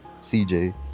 CJ